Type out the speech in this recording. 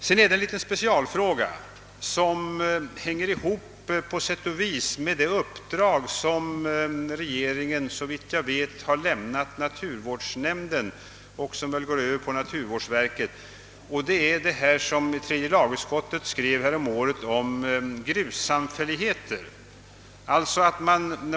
Det finns en liten specialfråga som på sätt och vis hänger ihop med det uppdrag som regeringen såvitt jag vet har lämnat naturvårdsnämnden och som väl går över på naturvårdsverkets område. Det gäller grussamfälligheter, som tredje lagutskottet skrev om häromåret.